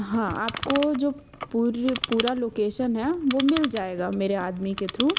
हाँ आपको जो पूरा लोकेशन है वो मिल जाएगा मेरे आदमी के थ्रू